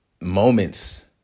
moments